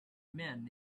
men